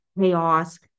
chaos